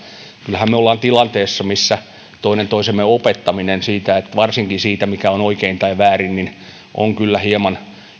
kyllähän me olemme tilanteessa missä toinen toisemme opettaminen varsinkin siitä mikä on oikein tai väärin on kyllä hieman